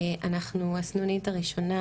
הסנונית הראשונה,